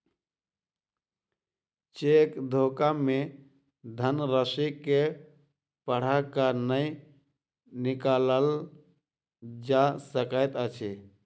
cheque धोखा मे धन राशि के बढ़ा क नै निकालल जा सकैत अछि